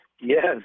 Yes